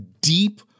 deep